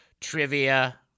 trivia